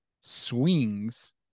swings